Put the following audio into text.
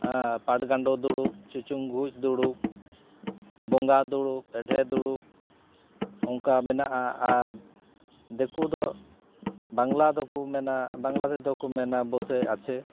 ᱯᱟᱴᱜᱟᱸᱰᱳ ᱫᱩᱲᱩᱵ ᱪᱩᱪᱩᱝᱜᱩᱡ ᱫᱩᱲᱩᱵ ᱵᱚᱸᱜᱟ ᱫᱩᱲᱩᱵ ᱮᱰᱷᱮ ᱫᱩᱲᱩᱵ ᱚᱝᱠᱟ ᱢᱮᱱᱟᱜᱼᱟ ᱟᱨ ᱫᱤᱠᱩᱫᱚ ᱵᱟᱝᱞᱟ ᱫᱚᱠᱚ ᱢᱮᱱᱟ ᱵᱟᱝᱞᱟ ᱛᱮᱫᱚᱠᱚ ᱢᱮᱱᱟ ᱵᱚᱥᱮ ᱟᱪᱷᱮ